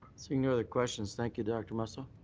seeing no other. questions. thank you, doctor. oh, so